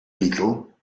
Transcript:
beetle